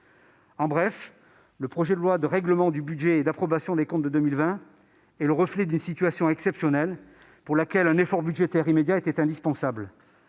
En bref, le projet de loi de règlement du budget et d'approbation des comptes de l'année 2020 est le reflet d'une situation exceptionnelle pour laquelle un effort budgétaire immédiat était indispensable.